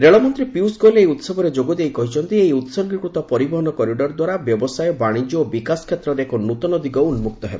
ରେଳମନ୍ତ୍ରୀ ପୀୟୂଷ ଗୋଏଲ୍ ଏହି ଉହବରେ ଯୋଗଦେଇ କହିଛନ୍ତି ଏହି ଉତ୍ଗୀକୃତ ପରିବହନ କରିଡ଼ର ଦ୍ୱାରା ବ୍ୟବସାୟ ବାଣିଜ୍ୟ ଓ ବିକାଶ କ୍ଷେତ୍ରରେ ଏକ ନୂତନ ଦିଗ ଉନ୍ମକ୍ତ ହେବ